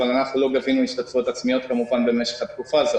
אבל אנחנו לא גבינו השתתפויות עצמיות במשך התקופה הזאת,